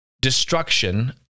destruction